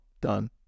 Done